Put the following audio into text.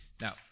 Now